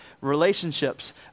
relationships